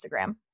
instagram